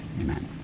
amen